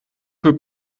für